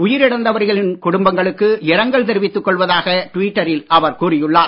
உயிரிழந்தவர்களின் குடும்பங்களுக்கு இரங்கல் தெரிவித்துக் கொள்வதாக ட்விட்டரில் அவர் கூறியுள்ளார்